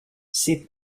ces